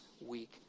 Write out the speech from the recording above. week